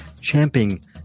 champing